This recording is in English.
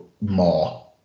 more